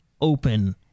open